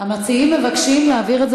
אנחנו מבקשים להעביר את זה